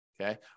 Okay